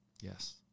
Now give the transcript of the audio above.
Yes